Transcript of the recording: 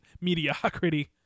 mediocrity